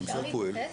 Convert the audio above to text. המשרד פועל.